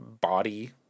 body